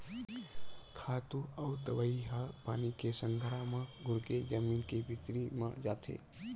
खातू अउ दवई ह पानी के संघरा म घुरके जमीन के भीतरी म जाथे